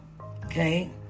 Okay